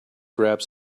grabbed